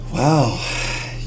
Wow